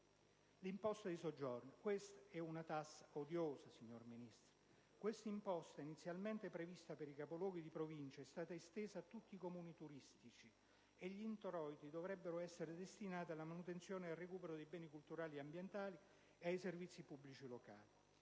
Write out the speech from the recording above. all'imposta di soggiorno. Si tratta di una tassa odiosa, signor Ministro. Tale imposta, inizialmente prevista per i capoluoghi di provincia, è stata estesa a tutti i Comuni turistici e gli introiti dovrebbero essere destinati alla manutenzione e al recupero dei beni culturali e ambientali e ai servizi pubblici locali.